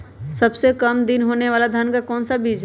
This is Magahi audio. सबसे काम दिन होने वाला धान का कौन सा बीज हैँ?